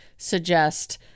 suggest